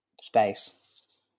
space